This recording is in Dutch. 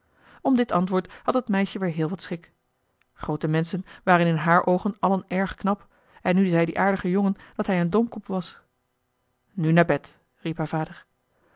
om dit antwoord had het meisje weer heel wat schik groote menschen waren in haar oogen allen erg knap en nu zei die aardige jongen dat hij een domkop was nu naar bed riep haar vader